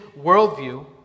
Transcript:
worldview